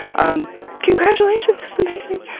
um congratulations! that's amazing.